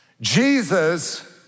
Jesus